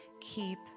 Keep